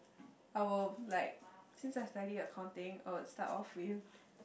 I will like since I study accounting I would start off with